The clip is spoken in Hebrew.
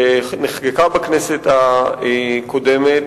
שנחקקה בכנסת הקודמת,